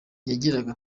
yagiraga